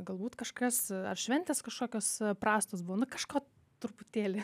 galbūt kažkas ar šventės kažkokios prastos būna kažką truputėlį